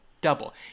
double